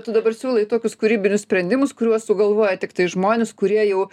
tu dabar siūlai tokius kūrybinius sprendimus kuriuos sugalvoja tiktai žmonės kurie jau